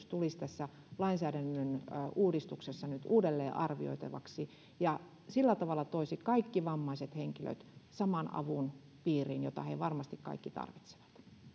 tulisi tässä lainsäädännön uudistuksessa nyt uudelleen arvioitavaksi ja sillä tavalla toisi kaikki vammaiset henkilöt saman avun piiriin jota he varmasti kaikki tarvitsevat